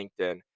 linkedin